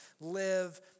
live